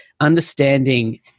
understanding